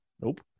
Nope